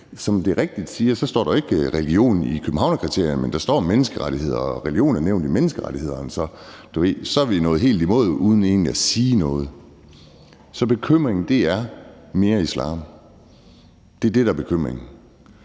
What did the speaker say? For det er rigtigt, at der jo ikke står religion i Københavnskriterierne, men der står menneskerettigheder, og religion er nævnt i menneskerettighederne. Så er vi nået helt i mål uden egentlig at sige noget. Så bekymringen er mere islam – det er det, der er bekymringen.